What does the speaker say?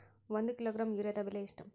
ಒಂದು ಕಿಲೋಗ್ರಾಂ ಯೂರಿಯಾದ ಬೆಲೆ ಎಷ್ಟು?